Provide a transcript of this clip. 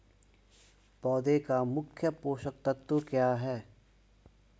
पौधे का मुख्य पोषक तत्व क्या हैं?